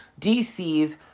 DC's